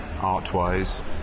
art-wise